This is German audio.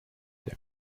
der